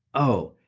oh,